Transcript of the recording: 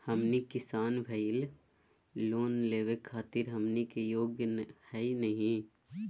हमनी किसान भईल, लोन लेवे खातीर हमनी के योग्य हई नहीं?